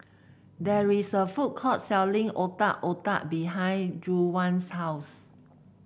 there is a food court selling Otak Otak behind Juwan's house